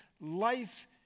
life